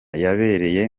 yabereye